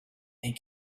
and